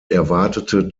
erwartete